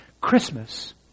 Christmas